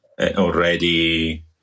already